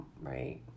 right